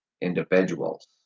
individuals